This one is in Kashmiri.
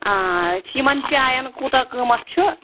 اَچھا یِمَن چایَن کوٗتاہ قۭمَتھ چھُ